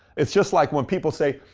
it's just like when people say,